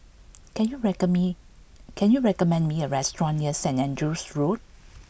can you recon me can you recommend me a restaurant near Saintt Andrew's Road